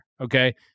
okay